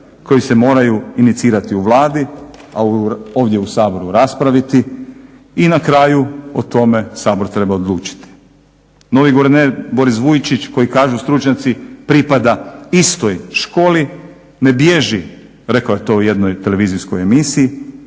koji se moraju inicirati u Vladi, a ovdje u Saboru raspraviti i na kraju o tome Sabor treba odlučiti. Novi guverner Boris Vujčić, koji kažu stručnjaci pripada istoj školi ne bježi, rekao je to u jednoj televizijskoj emisiji,